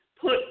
put